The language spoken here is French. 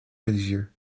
religieux